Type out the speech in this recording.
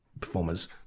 performers